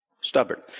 Stubborn